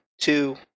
two